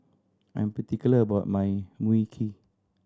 I'm particular about my Mui Kee